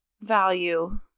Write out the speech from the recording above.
value